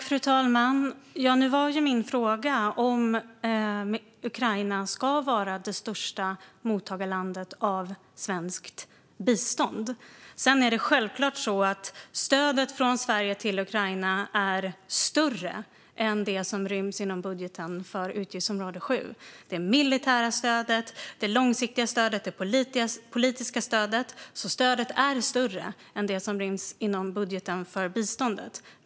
Fru talman! Nu var min fråga om Ukraina ska vara det största mottagarlandet när det gäller svenskt bistånd. Det är självklart att stödet från Sverige till Ukraina är större än det som ryms inom budgeten för utgiftsområde 7. Det är det militära stödet, det långsiktiga stödet och det politiska stödet. Stödet är alltså större än det som ryms inom budgeten för biståndet.